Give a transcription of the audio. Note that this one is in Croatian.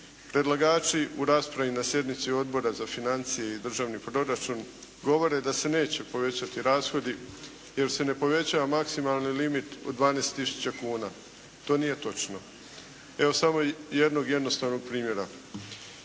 Predlagači u raspravi na sjednici Odbora za financije i državni proračun govore da se neće povećati rashodi jer se ne povećava maksimalni limit od 12000 kuna. To nije točno. Evo samo jednog jednostavnog primjera.